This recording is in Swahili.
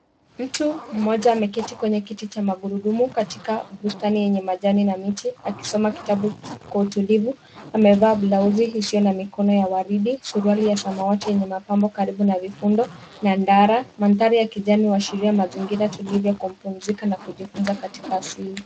Mtu mmoja ameketi kwenye kiti cha magurudumu katika bustani yenye majani na miti akisoma kitabu kwa utulivu. Amevaa blauzi isiyo na mikono ya waridi, suruali ya samawati yenye mapambo karibu na vifundo na ndara. Mandhari ya kijani huashiria mazingira tulivu ya kupumzika na kujifunza katika asili.